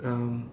um